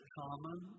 common